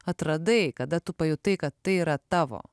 atradai kada tu pajutai kad tai yra tavo